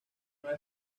nueve